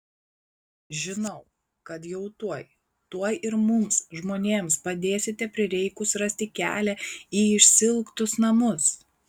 žinau kad jau tuoj tuoj ir mums žmonėms padėsite prireikus rasti kelią į išsiilgtus namus